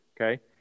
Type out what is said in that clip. Okay